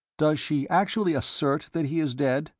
does she actually assert that he is dead?